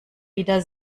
wieder